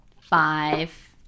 five